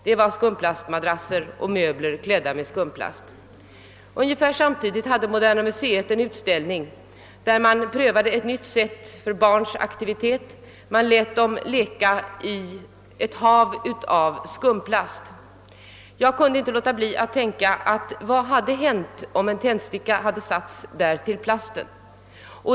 Det var skumplastmadrasser och möbler stoppade med skumplast som antändes. Ungefär samtidigt hade Moderna museet en utställning — det var det andra fallet — där man prövade ett nytt sätt för barns aktivitet: man lät dem leka i ett hav av skumplast. Jag kunde inte låta bli att tänka på vad som skulle ha hänt om en tändsticka satts till plasten.